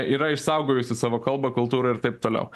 yra išsaugojusi savo kalbą kultūrą ir taip toliau